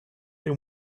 they